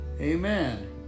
Amen